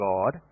God